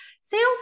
Sales